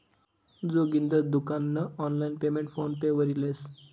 जोगिंदर दुकान नं online payment PhonePe वरी लेस